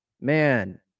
man